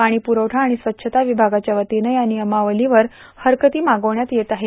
पाणी प्रवठा आणि स्वच्छता विभागाच्या वतीनं या नियमावलींवर हरकती मागविण्यात येत आहेत